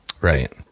Right